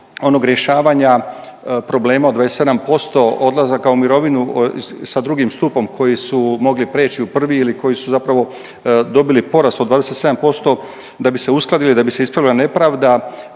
onog rješavanja problema od 27% odlazaka u mirovinu sa drugim stupom koji su mogli prijeći u prvi ili koji su zapravo dobili porast od 27% da bi se uskladili, da bi se ispravila nepravda,